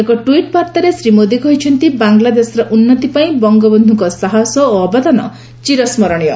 ଏକ ଟ୍ପିଟ୍ ବାର୍ଭାରେ ଶ୍ରୀ ମୋଦି କହିଚ୍ଚନ୍ତି ବାଂଲାଦେଶର ଉନ୍ନତି ପାଇଁ ବଙ୍ଗବନ୍ଧୁଙ୍କ ସାହସ ଓ ଅବଦାନ ଚିର ସ୍କରଣୀୟ